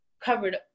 covered